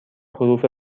حروف